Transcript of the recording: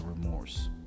Remorse